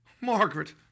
Margaret